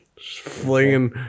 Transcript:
Flinging